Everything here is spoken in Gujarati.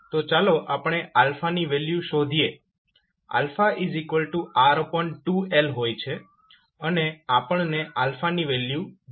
તો ચાલો આપણે ની વેલ્યુ શોધીએ R2L હોય છે અને આપણને ની વેલ્યુ 2